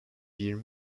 yirmi